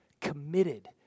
committed